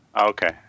Okay